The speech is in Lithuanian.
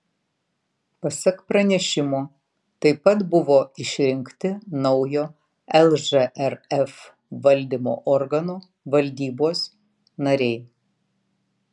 pasak pranešimo taip pat buvo išrinkti naujo lžrf valdymo organo valdybos nariai